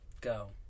go